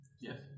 yes